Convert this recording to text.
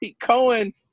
Cohen